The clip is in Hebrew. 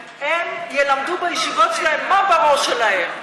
הם ילמדו בישיבות שלהם מה בראש שלהם.